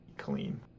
Clean